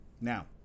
Now